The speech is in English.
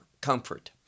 comfort